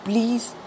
Please